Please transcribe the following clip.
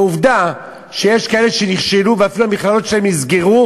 ועובדה שיש כאלה שנכשלו ואפילו המכללות שלהם נסגרו